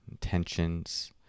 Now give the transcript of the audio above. tensions